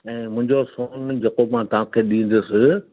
ऐं मुंहिंजो सोन जेको मां तव्हांखे ॾींदुसि